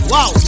Wow